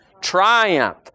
triumph